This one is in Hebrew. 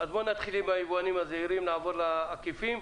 נתחיל עם היבואנים הזעירים ונעבור לעקיפים.